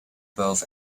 both